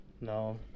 No